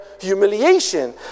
humiliation